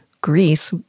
Greece